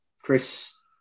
Chris